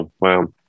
Wow